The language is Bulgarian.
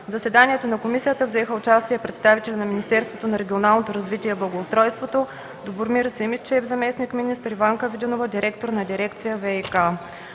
В заседанието на комисията взеха участие представители на Министерството на регионалното развитие и благоустройството – Добромир Симидчиев – заместник-министър, Иванка Виденова – директор на дирекция „ВиК”.